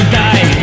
die